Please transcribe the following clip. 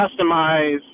customize